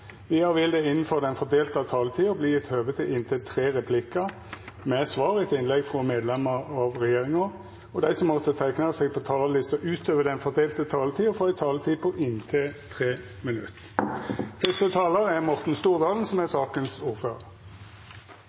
Vidare vil det – innanfor den fordelte taletida – verta gjeve høve til inntil tre replikkar med svar etter innlegg frå medlemmer av regjeringa, og dei som måtte teikna seg på talarlista utover den fordelte taletida, får òg ei taletid på inntil 3 minutt.